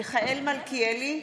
מיכאל מלכיאלי,